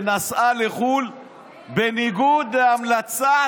שנסעה לחו"ל בניגוד להמלצת